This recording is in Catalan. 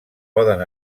poden